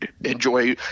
enjoy